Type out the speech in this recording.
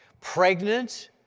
pregnant